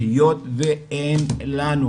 היות ואין לנו.